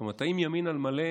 זאת אומרת, האם ימין על מלא